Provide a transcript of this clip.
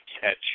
catch